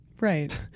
Right